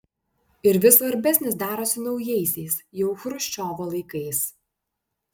ir vis svarbesnis darosi naujaisiais jau chruščiovo laikais